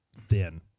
thin